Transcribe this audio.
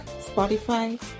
Spotify